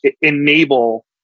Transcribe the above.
enable